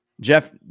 Jeff